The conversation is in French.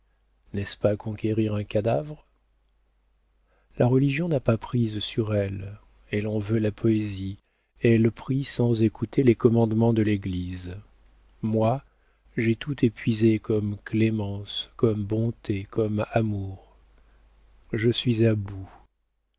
n'est-ce pas conquérir un cadavre la religion n'a pas prise sur elle elle en veut la poésie elle prie sans écouter les commandements de l'église moi j'ai tout épuisé comme clémence comme bonté comme amour je suis à bout